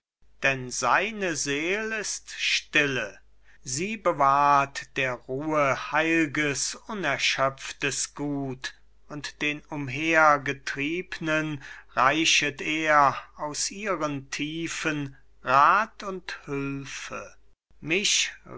denn seine seel ist stille sie bewahrt der ruhe heil'ges unerschöpftes gut und den umhergetriebnen reichet er aus ihren tiefen rath und hülfe mich